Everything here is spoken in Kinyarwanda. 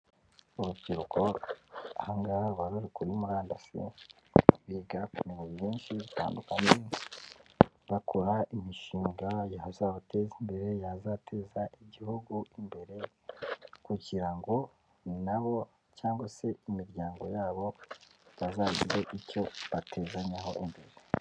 UIrubyiruko ahangaha ruba ruri kuri murandasi, biga ku bintu byinshi bitandukanye bakora imishinga izabateza imbere, yazateza igihugu imbere kugira ngo nabo cyangwa se imiryango yabo bazagire icyo batezanyaho imbere.